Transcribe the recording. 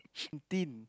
thin